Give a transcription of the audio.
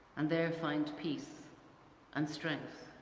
and there find peace and strength.